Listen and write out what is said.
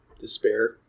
Despair